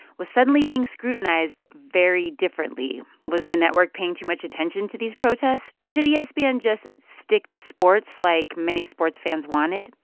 was suddenly being scrutinized very differently. was the network paying too much attention to these protests? should espn and just stick to sports, like many sports fans wanted?